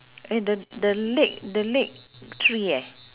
eh the the leg the leg three eh